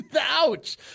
ouch